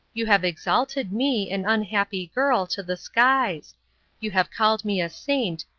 you have exalted me, an unhappy girl, to the skies you have called me a saint,